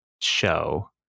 show